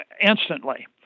instantly